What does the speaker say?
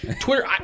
Twitter